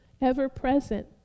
ever-present